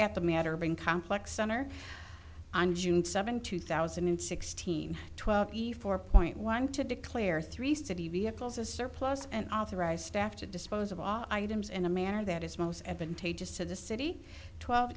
at the mater being complex center on june seventh two thousand and sixteen twelve efore point wanting to declare three city vehicles a surplus and authorized staff to dispose of all items in a manner that is most advantageous to the city twelve